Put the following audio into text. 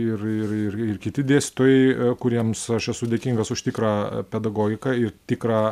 ir ir ir ir kiti dėstytojai kuriems aš esu dėkingas už tikrą pedagogiką ir tikrą